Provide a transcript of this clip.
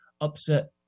upset